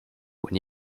when